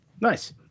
Nice